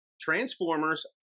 Transformers